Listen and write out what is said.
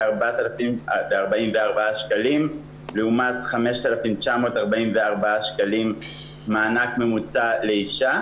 4,044 שקלים לעומת 5,944 שקלים מענק ממוצע לגבר.